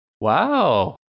Wow